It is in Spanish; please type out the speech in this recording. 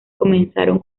comenzaron